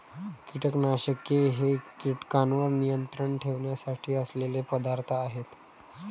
कीटकनाशके हे कीटकांवर नियंत्रण ठेवण्यासाठी असलेले पदार्थ आहेत